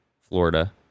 Florida